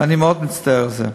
ואני מאוד מצטער על זה.